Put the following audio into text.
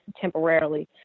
temporarily